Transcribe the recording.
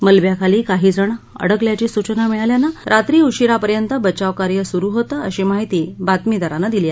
मलब्याखाली काहीजण अडकल्याची सूचना मिळाल्यानं रात्री उशीरापर्यंत बचावकार्य सुरु होतं अशी माहिती आमच्या बातमीदारानं दिली